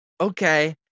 Okay